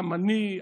גם אני,